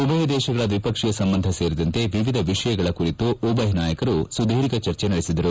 ಉಭಯ ದೇಶಗಳ ದ್ವಿಪಕ್ಷೀಯ ಸಂಬಂಧ ಸೇರಿದಂತೆ ವಿವಿಧ ವಿಷಯಗಳ ಕುರಿತು ಉಭಯ ನಾಯಕರು ಸುದೀರ್ಘ ಚರ್ಚೆ ನಡೆಸಿದ್ದಾರೆ